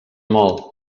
molt